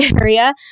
area